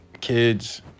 kids